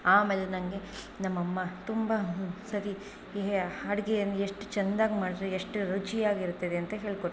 ಆಮೇಲೆ ನನಗೆ ನಮ್ಮಅಮ್ಮ ತುಂಬ ಸರಿ ಏ ಅಡ್ಗೆ ಏನು ಎಷ್ಟು ಚಂದಾಗಿ ಮಾಡ್ರೆ ಎಷ್ಟು ರುಚಿಯಾಗಿರ್ತದೆ ಅಂತ ಹೇಳಿಕೊಟ್ರು